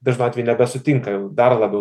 dažnu atveju nebesutinka jau dar labiau